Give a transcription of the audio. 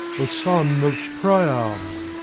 a son of priam,